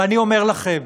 ואני אומר לכם,